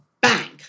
bang